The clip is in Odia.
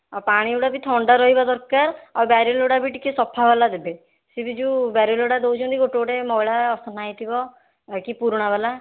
ଆଉ ପାଣିଗୁଡ଼ା ବି ଥଣ୍ଡା ରହିବା ଦରକାର ଆଉ ବ୍ୟାରେଲ୍ଗୁଡ଼ା ବି ଟିକିଏ ସଫାବାଲା ଦେବେ ସେଇଠି ଯେଉଁ ବ୍ୟାରେଲ୍ଗୁଡ଼ା ଦେଉଛନ୍ତି ଗୋଟେ ଗୋଟେ ମଇଳା ଅସନା ହୋଇଥିବ ବେଶୀ ପୁରୁଣାବାଲା